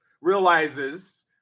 realizes